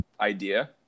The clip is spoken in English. idea